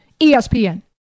ESPN